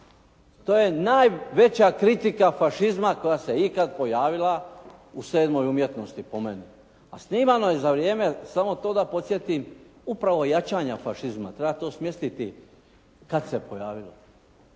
To je najveća kritika fašizma koja se ikad pojavila u sedmoj umjetnosti po meni. A snimano je za vrijeme, samo to da podsjetim upravo jačanja fašizma. Treba to smjestiti kad se pojavilo.